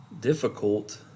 difficult